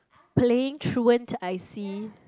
playing truants I see